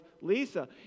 Lisa